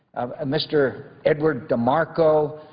mr. edward demarco,